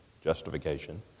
Justification